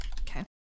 okay